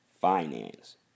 finance